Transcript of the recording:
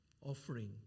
offering